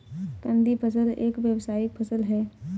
कंदीय फसल एक व्यावसायिक फसल है